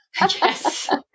Yes